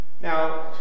Now